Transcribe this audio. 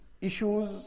issues